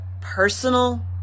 personal